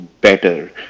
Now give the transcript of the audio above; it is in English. better